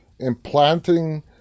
implanting